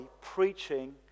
preaching